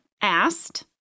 asked